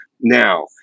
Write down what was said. Now